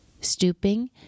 Stooping